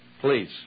Please